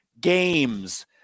games